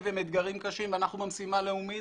הם אתגרים קשים ואנחנו במשימה לאומית,